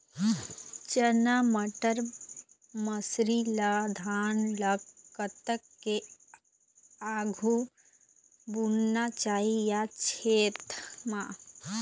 चना बटर मसरी ला धान ला कतक के आघु बुनना चाही या छेद मां?